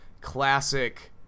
classic